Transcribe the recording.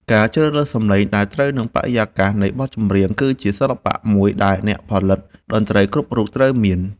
ការជ្រើសរើសសំឡេងដែលត្រូវនឹងបរិយាកាសនៃបទចម្រៀងគឺជាសិល្បៈមួយដែលអ្នកផលិតតន្ត្រីគ្រប់រូបត្រូវមាន។